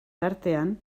tartean